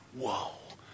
whoa